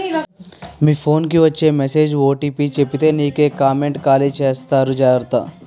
మీ phone కి వచ్చే message OTP చెప్పితే నీకే కామెంటు ఖాళీ చేసేస్తారు జాగ్రత్త